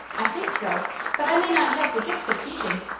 i think so but i may not have the gift of teaching.